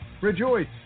Rejoice